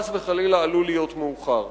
חס וחלילה עלול להיות מאוחר.